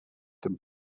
tym